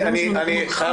אני אגיד